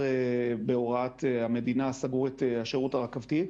בהוראת המדינה סגרו את השירות הרכבתי,